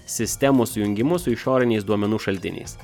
sistemų sujungimu su išoriniais duomenų šaltiniais